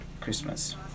Christmas